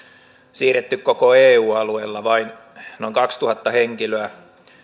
siirretty koko eu alueella vain noin kaksituhatta henkilöä